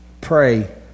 pray